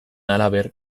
halaber